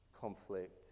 conflict